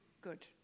Good